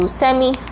semi